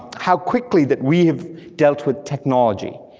how quickly that we have dealt with technology,